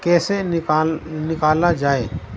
کیسے نکال نکالا جائے